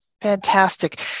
Fantastic